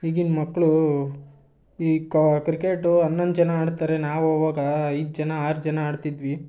ಈಗಿನ ಮಕ್ಕಳು ಈ ಕ ಕ್ರಿಕೆಟು ಹನ್ನೊಂದು ಜನ ಆಡ್ತಾರೆ ನಾವು ಅವಾಗ ಐದು ಜನ ಆರು ಜನ ಆಡ್ತಿದ್ವಿ